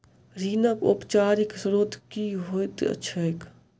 ऋणक औपचारिक स्त्रोत की होइत छैक?